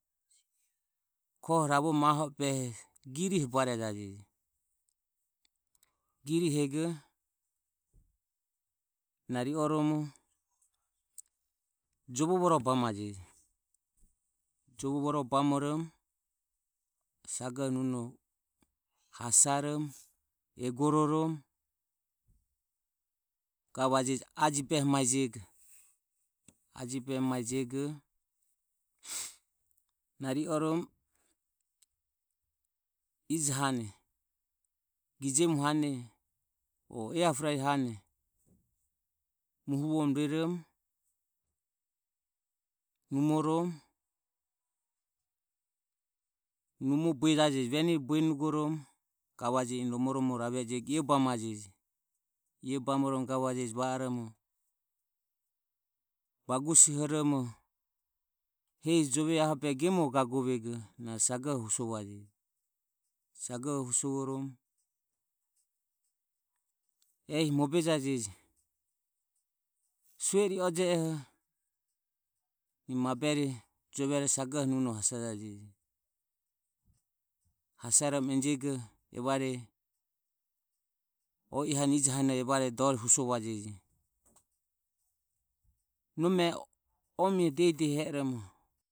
Koho ravoro, aho o behe giriho barejajeje. Girihego na ri oromo jovo voroe bamajeje, bamoromo sagoho nunoho hasaromo egoromo gavajeje ravoromo ajibehejego na rioromo ijohane gijomu hane o ehapurari hane muhuvoromo rueromo numoromo numo buejajeje veni bueromo gvajeje eni romomoromo rao io bamoromog bagusohoromo hehi jove aho o gemore gagovego na sagohoho husovajeje sagoho husovoromo ehi mobejajeje. Sue o riojeoho mabureri jovero hesi nunoho hasajaje hasaromo enjego evare oi hane ijohane evare dore husovajeje. Nome omie dehi dehi e oromo.